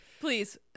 Please